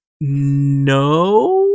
no